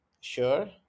Sure